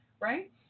Right